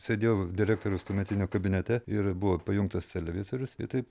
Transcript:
sėdėjau direktoriaus tuometinio kabinete ir buvo pajungtas televizorius ir taip